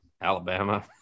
alabama